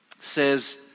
says